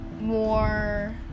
more